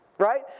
Right